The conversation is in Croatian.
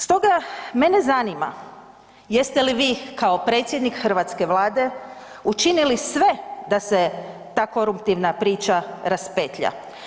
Stoga, mene zanima jeste li vi kao predsjednik hrvatske vlade učinili sve da se ta koruptivna priča raspetlja?